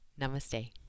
Namaste